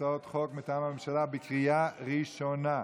הצעות חוק מטעם הממשלה לקריאה ראשונה.